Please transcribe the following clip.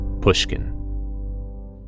pushkin